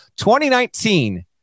2019